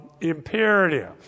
imperative